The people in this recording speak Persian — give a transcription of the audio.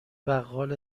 بقال